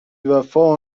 وفا